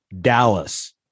Dallas